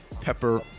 Pepper